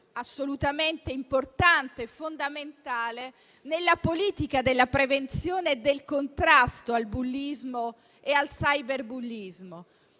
assolutamente importanti e fondamentali nella politica della prevenzione e del contrasto al bullismo e al cyberbullismo,